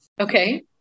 Okay